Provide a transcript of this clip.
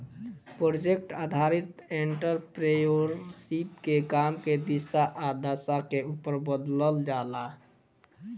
project आधारित entrepreneurship के काम के दिशा आ दशा के उपर बदलल जाला